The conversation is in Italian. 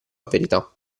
verità